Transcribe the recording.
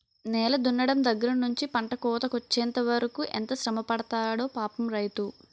నేల దున్నడం దగ్గర నుంచి పంట కోతకొచ్చెంత వరకు ఎంత శ్రమపడతాడో పాపం రైతు